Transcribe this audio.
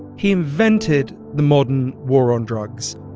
he invented the modern war on drugs.